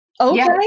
Okay